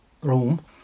room